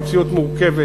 המציאות מורכבת,